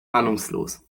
ahnungslos